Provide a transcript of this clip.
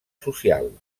social